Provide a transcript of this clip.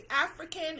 African